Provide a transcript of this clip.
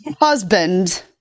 husband